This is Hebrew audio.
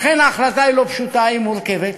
ולכן, ההחלטה היא לא פשוטה, היא מורכבת.